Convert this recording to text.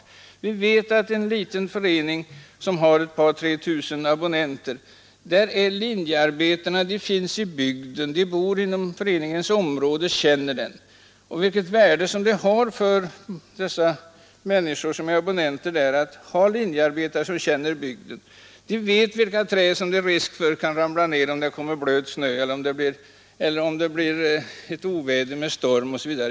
I en liten förening, som har ett par tre tusen abonnenter, bor linjearbetarna i bygden och känner till föreningens område. Det är av stort värde för abonnenterna. Dessa linjearbetare vet t.ex. vilka träd man kan befara skall falla ned, om det blir oväder med tung snö eller storm.